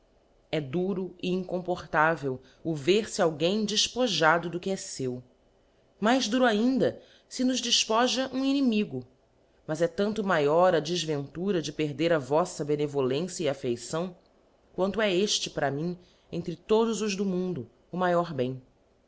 é duro e incomportável o verfc alguém defpojado do que é feu mais duro ainda fe nos defpoja um inimigo mas é tanto maior a defventura de perder a voffa benevolência e affeição quanto é eíte para mim entre todos os do mundo o maior bem